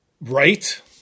Right